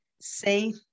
safe